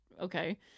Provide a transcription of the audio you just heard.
okay